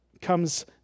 comes